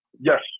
Yes